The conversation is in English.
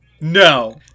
No